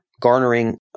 garnering